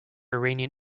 iranian